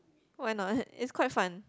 why not is quite fun